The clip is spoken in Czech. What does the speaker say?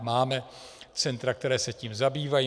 Máme centra, která se tím zabývají.